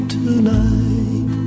tonight